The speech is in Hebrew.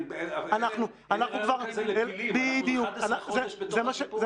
אנחנו 11 חודשים בתוך הסיפור הזה.